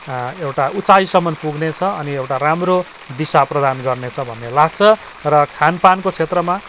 एउटा उँचाइसम्म पुग्ने छ अनि एउटा राम्रो दिशा प्रदान गर्ने छ भन्ने लाग्छ र खान पानको क्षेत्रमा